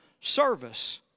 service